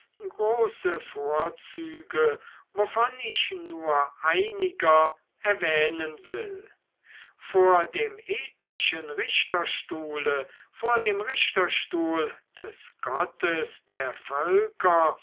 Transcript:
große vorzüge wovon ich nur einiger erwähnen will vor dem ethnischen richterstuhle vor dem richterstuhl des gottes der völker